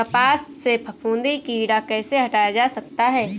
कपास से फफूंदी कीड़ा कैसे हटाया जा सकता है?